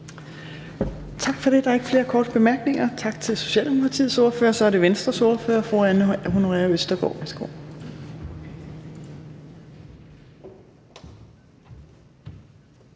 Tak for det. Der er ikke flere korte bemærkninger. Tak til Socialdemokratiets ordfører. Og så er det Venstres ordfører, fru Anne Honoré Østergaard. Værsgo.